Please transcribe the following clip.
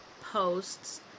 posts